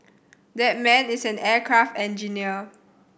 that man is an aircraft engineer